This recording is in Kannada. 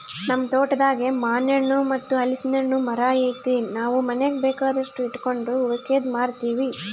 ನಮ್ ತೋಟದಾಗೇ ಮಾನೆಣ್ಣು ಮತ್ತೆ ಹಲಿಸ್ನೆಣ್ಣುನ್ ಮರ ಐತೆ ನಾವು ಮನೀಗ್ ಬೇಕಾದಷ್ಟು ಇಟಗಂಡು ಉಳಿಕೇದ್ದು ಮಾರ್ತೀವಿ